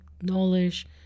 knowledge